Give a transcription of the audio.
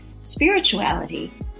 spirituality